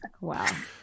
wow